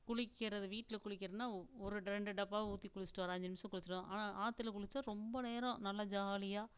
குளிக்கிறது வீட்டில் குளிக்கிறதுன்னா ஒரு ரெண்டு டப்பா ஊற்றி குளிச்சுட்டு வருவோம் ஒரு அஞ்சு நிமிஷம் குளிச்சுட்டு வருவோம் ஆனால் ஆற்றுல குளித்தா ரொம்ப நேரம் நல்லா ஜாலியாக